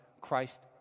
Christ